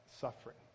suffering